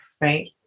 right